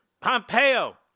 Pompeo